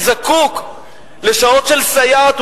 שזקוק לשעות של סייעת,